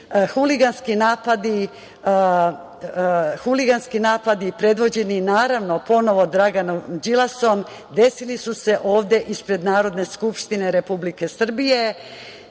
huliganski napadi, predvođeni, naravno, ponovo Draganom Đilasom, desili su se ovde ispred Narodne skupštine Republike Srbije.